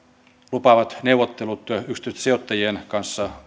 lupaavat neuvottelut yksityisten sijoittajien kanssa